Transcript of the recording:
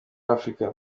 afurika